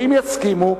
ואם יסכימו,